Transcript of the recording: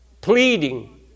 pleading